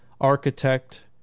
architect